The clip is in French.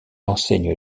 enseigne